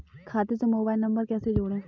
खाते से mobile number कैसे जोड़ें?